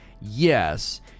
Yes